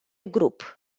grup